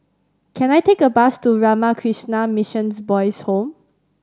can I take a bus to Ramakrishna Mission Boys' Home